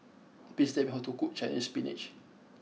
please tell me how to cook Chinese Spinach